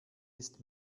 ist